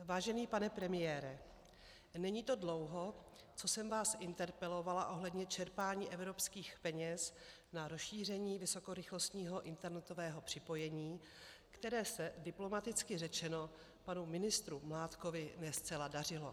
Vážený pane premiére, není to dlouho, co jsem vás interpelovala ohledně čerpání evropských peněz na rozšíření vysokorychlostního internetového připojení, které se diplomaticky řečeno panu ministru Mládkovi ne zcela dařilo.